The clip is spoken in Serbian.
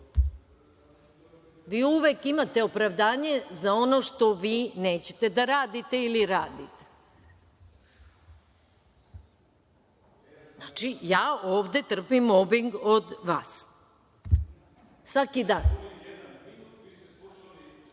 Vi uvek imate opravdanje za ono što vi nećete da radite ili radite. Znači, ja ovde trpim mobing od vas, svaki dan.